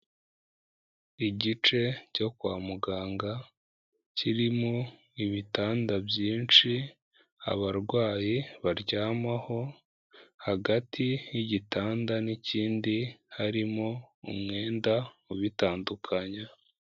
Igice cyo kwa muganga kirimo ibitanda byinshi, abarwayi baryamaho, hagati y'igitanda n'ikindi harimo umwenda ubitandukanya.